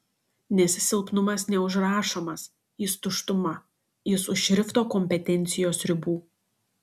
nes silpnumas neužrašomas jis tuštuma jis už šrifto kompetencijos ribų